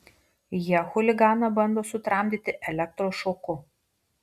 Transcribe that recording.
jie chuliganą bando sutramdyti elektros šoku